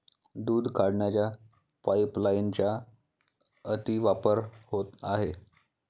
दूध काढण्याच्या पाइपलाइनचा अतिवापर होत आहे